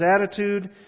attitude